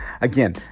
again